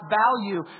value